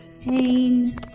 Pain